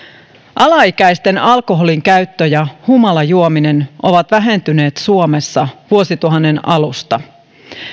alaikäisten alkoholinkäyttö ja humalajuominen ovat vähentyneet suomessa vuosituhannen alusta